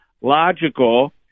logical